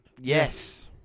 yes